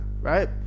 right